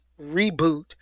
reboot